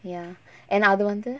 ya and அது வந்து:athu vanthu